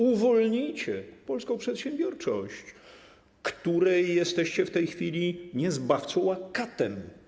Uwolnijcie polską przedsiębiorczość, której jesteście w tej chwili nie zbawcą, ale katem.